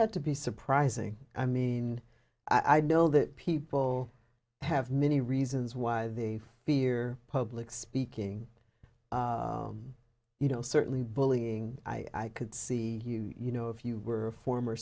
d to be surprising i mean i know that people have many reasons why they fear public speaking you know certainly bullying i could see you you know if you were a former